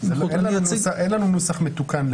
אין לנו נוסח מתוקן.